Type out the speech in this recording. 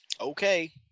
Okay